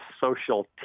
social